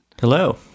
Hello